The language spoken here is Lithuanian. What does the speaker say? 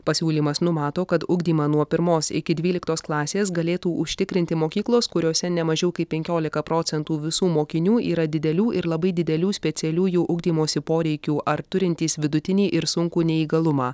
pasiūlymas numato kad ugdymą nuo pirmos iki dvyliktos klasės galėtų užtikrinti mokyklos kuriose ne mažiau kaip penkiolika procentų visų mokinių yra didelių ir labai didelių specialiųjų ugdymosi poreikių ar turintys vidutinį ir sunkų neįgalumą